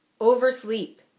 Oversleep